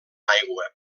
aigua